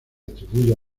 atribuye